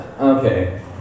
Okay